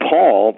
Paul